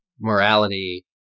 morality